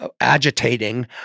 agitating